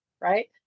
right